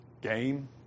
game